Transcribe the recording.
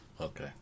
Okay